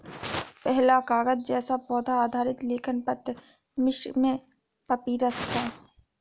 पहला कागज़ जैसा पौधा आधारित लेखन पत्र मिस्र में पपीरस था